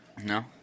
No